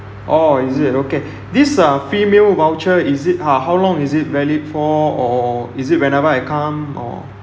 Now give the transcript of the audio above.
orh is it okay this uh free meal voucher is it h~ how long is it valid for or is it whenever I come or